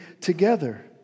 together